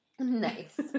Nice